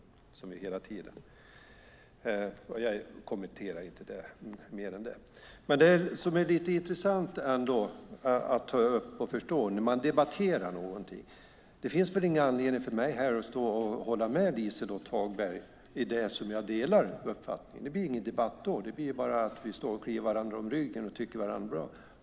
Jag kommenterar inte det mer än så. Det som är lite intressant att ta upp och förstå är varför man debatterar någonting. Det finns ingen anledning att stå här och hålla med Liselott Hagberg i de frågor där jag delar uppfattningen. Det blir ingen debatt, utan då står vi kliar varandra på ryggen och tycker att vi är bra.